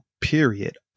Period